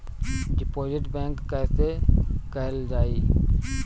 Deposit बंद कैसे कैल जाइ?